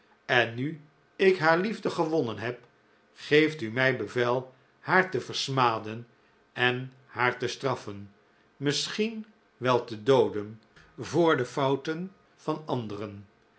en nu ik haar liefde gewonnen heb geeft u mij bevel haar te versmaden en haar te straffen misschien wel te dooden voor de fouten van anderen